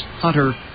Hunter